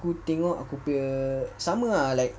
aku tengok aku punya sama ah like